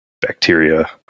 bacteria